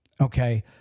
okay